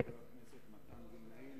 חבר הכנסת מתן וילנאי,